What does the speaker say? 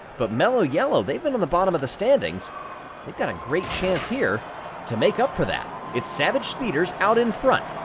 but mellow yellow they've been on the bottom of the standings they've got a great chance here to make up for that. it's savage speeders out in front.